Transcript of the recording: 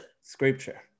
Scripture